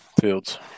Fields